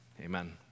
Amen